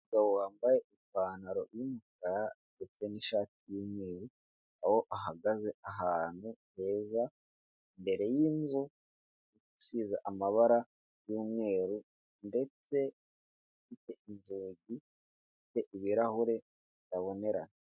Umugabo wambaye ipantaro y'umukara ndetse n'ishati y'umweru, aho ahagaze ahantu heza imbere y'inzu isize amabara y'umweru ndetse ifite inzugi, ifite ibirahure bitabonerana.